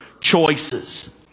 choices